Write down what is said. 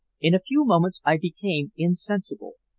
in a few moments i became insensible,